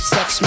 Sex